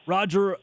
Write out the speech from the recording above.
Roger